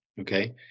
okay